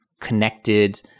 connected